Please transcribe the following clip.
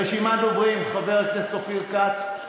רשימת הדוברים: חבר הכנסת אופיר כץ,